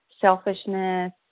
selfishness